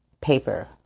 paper